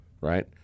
right